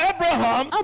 Abraham